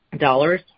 dollars